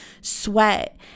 sweat